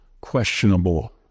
questionable